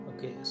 Okay